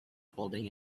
holding